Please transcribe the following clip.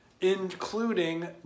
including